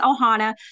Ohana